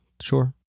sure